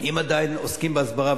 אם עדיין עוסקים בהסברה,